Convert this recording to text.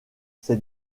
ses